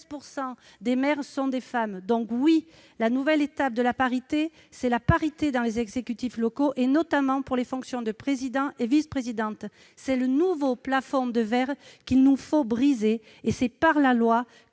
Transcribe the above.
16 % des maires sont des femmes. Oui, la nouvelle étape de la parité, c'est bien la parité dans les exécutifs locaux, notamment pour les fonctions de présidente et de vice-présidente. C'est le nouveau plafond de verre qu'il nous faut briser. C'est par la loi